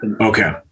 Okay